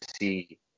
see